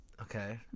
Okay